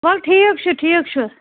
وَلہٕ ٹھیٖک چھُ ٹھیٖک چھُ